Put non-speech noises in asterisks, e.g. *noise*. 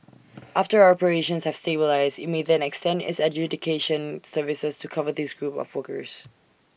*noise* after operations have stabilised IT may then extend its adjudication services to cover these groups of workers